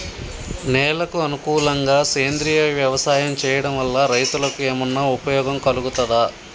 నేలకు అనుకూలంగా సేంద్రీయ వ్యవసాయం చేయడం వల్ల రైతులకు ఏమన్నా ఉపయోగం కలుగుతదా?